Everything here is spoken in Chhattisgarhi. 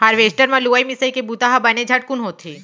हारवेस्टर म लुवई मिंसइ के बुंता ह बने झटकुन होथे